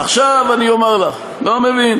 עכשיו אני אומר לך, לא מבין.